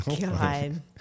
God